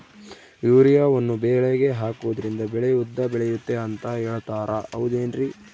ಯೂರಿಯಾವನ್ನು ಬೆಳೆಗೆ ಹಾಕೋದ್ರಿಂದ ಬೆಳೆ ಉದ್ದ ಬೆಳೆಯುತ್ತೆ ಅಂತ ಹೇಳ್ತಾರ ಹೌದೇನ್ರಿ?